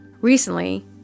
Recently